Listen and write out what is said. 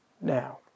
now